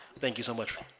thank you so much are